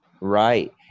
right